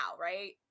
right